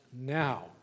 now